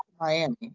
Miami